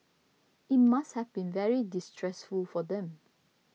it must have been very distressful for them